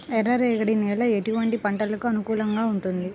ఎర్ర రేగడి నేల ఎటువంటి పంటలకు అనుకూలంగా ఉంటుంది?